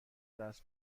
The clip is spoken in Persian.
درس